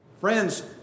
Friends